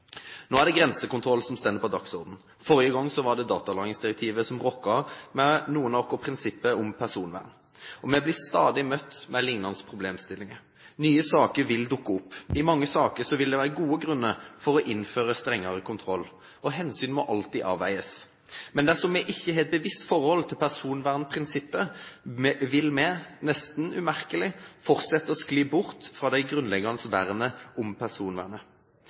Nå er det grensekontroll som står på dagsordenen. Forrige gang var det datalagringsdirektivet som rokket ved noen av våre prinsipper om personvern. Vi blir stadig møtt med liknende problemstillinger. Nye saker vil dukke opp. I mange saker vil det være gode grunner for å innføre strengere kontroll, og hensyn må alltid avveies. Men dersom vi ikke har et bevisst forhold til personvernprinsipper, vil vi nesten umerkelig fortsette å skli bort fra det grunnleggende vernet om personvernet.